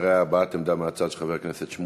חתימה על מתווה